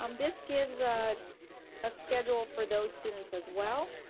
um this gives a ah schedule for those students as well.